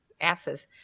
asses